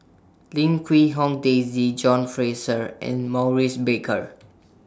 Lim Quee Hong Daisy John Fraser and Maurice Baker